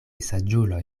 saĝuloj